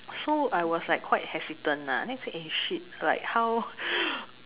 so I was like quite hesitant lah then say eh shit like how